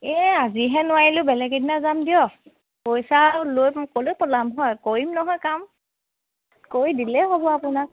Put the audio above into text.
এই আজিহে নোৱাৰিলো বেলেগ এদিনা যাম দিয়ক পইচা আৰু লৈ ক'লৈ পলাম হয় কৰিম নহয় কাম কৰি দিলেই হ'ব আপোনাক